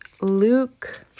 Luke